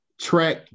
track